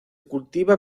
cultiva